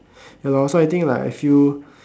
ya lor so I think I like I feel